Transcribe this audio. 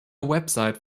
website